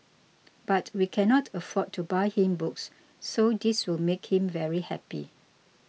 but we cannot afford to buy him books so this will make him very happy